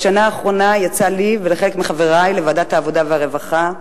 בשנה האחרונה יצא לי ולחלק מחברי בוועדת העבודה והרווחה,